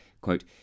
quote